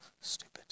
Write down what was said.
Stupid